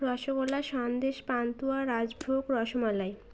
rasgulla sandesh pantua rajbhog rasmalai